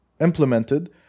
implemented